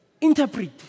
interpret